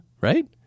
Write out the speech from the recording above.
Right